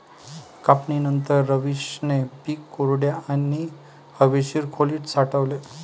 कापणीनंतर, रवीशने पीक कोरड्या आणि हवेशीर खोलीत साठवले